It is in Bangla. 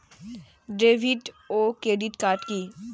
ডেভিড ও ক্রেডিট কার্ড কি?